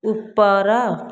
ଉପର